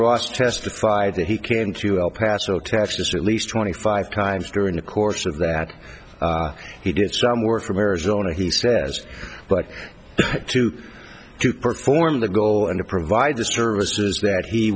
ross testified that he came to el paso texas at least twenty five times during the course of that he did some work from arizona he says but to to perform the goal and to provide the services that he